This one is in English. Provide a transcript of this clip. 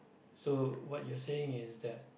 so what you're saying is that